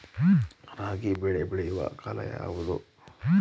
ರಾಬಿ ಬೆಳೆ ಬೆಳೆಯುವ ಕಾಲ ಯಾವುದು?